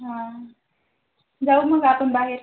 हां जाऊ मग आपण बाहेर